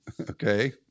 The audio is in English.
okay